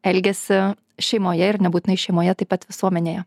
elgiasi šeimoje ir nebūtinai šeimoje taip pat visuomenėje